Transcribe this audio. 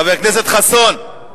חבר הכנסת חסון,